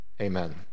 Amen